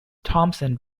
thompson